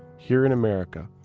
here in america,